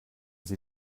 sie